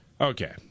okay